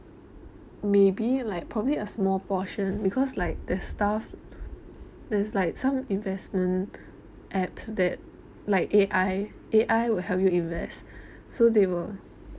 maybe like probably a small portion because like the stuff it's like some investment apps that like A_I A_I will help you invest so they will